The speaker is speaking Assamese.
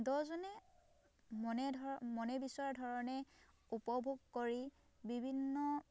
দহজনে মনে ধৰ মনে বিচৰা ধৰণে উপভোগ কৰি বিভিন্ন